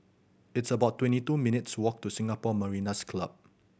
it's about twenty two minutes' walk to Singapore Mariners' Club